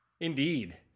indeed